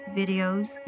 videos